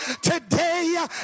today